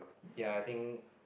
ya I think